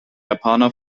japaner